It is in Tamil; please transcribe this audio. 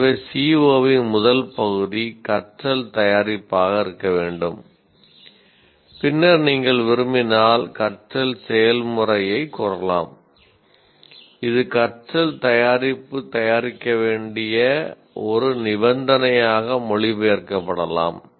எனவே CO இன் முதல் பகுதி கற்றல் தயாரிப்பாக இருக்க வேண்டும் பின்னர் நீங்கள் விரும்பினால் கற்றல் செயல்முறையை கூறலாம் இது கற்றல் தயாரிப்பு தயாரிக்கப்பட வேண்டிய ஒரு நிபந்தனையாக மொழிபெயர்க்கப்படலாம்